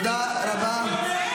תודה רבה.